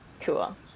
Cool